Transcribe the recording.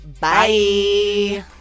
Bye